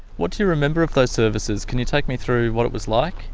what do you remember of those services? can you take me through what it was like?